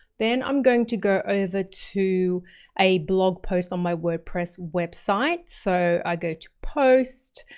then i'm going to go over to a blog post on my wordpress website. so i go to post,